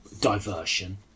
diversion